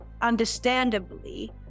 understandably